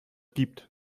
gibt